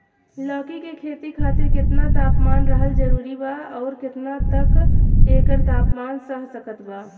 लौकी के खेती खातिर केतना तापमान रहल जरूरी बा आउर केतना तक एकर तापमान सह सकत बा?